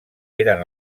eren